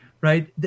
right